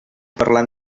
parlant